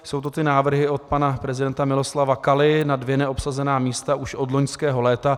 Jsou to návrhy od pana prezidenta Miloslava Kaly na dvě neobsazená místa už od loňského léta.